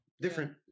Different